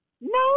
no